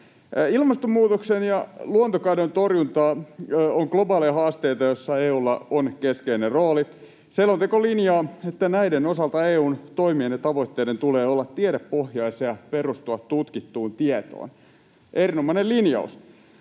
Ilmastonmuutoksen ja luontokadon torjunta ovat globaaleja haasteita, joissa EU:lla on keskeinen rooli. Selonteko linjaa, että näiden osalta EU:n toimien ja tavoitteiden tulee olla tiedepohjaisia ja perustua tutkittuun tietoon. Erinomainen linjaus.